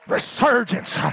Resurgence